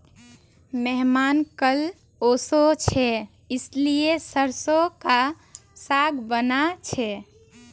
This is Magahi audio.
मेहमान कल ओशो छे इसीलिए सरसों का साग बाना छे